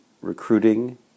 recruiting